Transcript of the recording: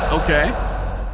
Okay